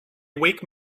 wake